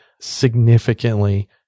significantly